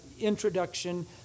introduction